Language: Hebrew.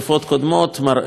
מראה שבהחלט